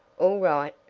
all right,